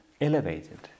elevated